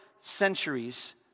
centuries